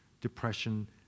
depression